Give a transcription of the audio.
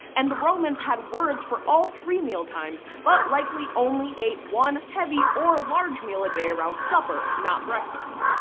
and the romans had words for all three meal times but likely only ate one heavy or large meal a day around supper, not breakfast.